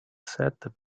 set